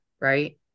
right